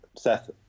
seth